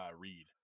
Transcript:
read